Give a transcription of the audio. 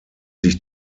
sich